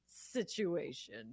situation